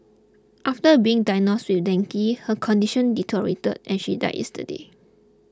after being diagnosed with dengue her condition deteriorated and she died yesterday